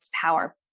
power